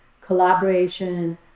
collaboration